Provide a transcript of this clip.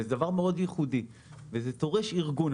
זה דבר מאוד ייחודי וזה דורש ארגון.